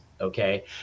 okay